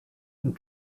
and